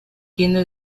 tienda